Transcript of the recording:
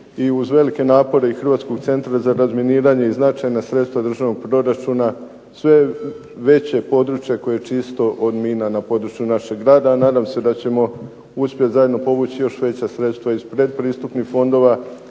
i uz velike napore i HCR-a i značajna sredstva državnog proračuna sve je veće područje koje je čisto od mina na području našeg grada. A nadam se da ćemo uspjeti zajedno povući još veća sredstva iz pretpristupnih fondova